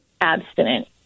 abstinent